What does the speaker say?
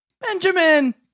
Benjamin